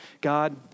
God